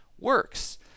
works